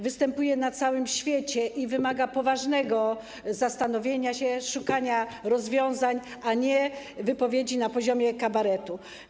Występuje na całym świecie i wymaga poważnego zastanowienia się, szukania rozwiązań, a nie wypowiedzi na poziomie kabaretu.